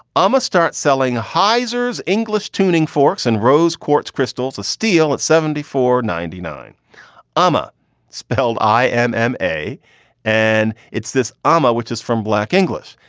i'ma start selling. heizer is english tuning forks and rose quartz crystals of steel at seventy four ninety nine ama spelled i am m a and it's this amah which is from black english.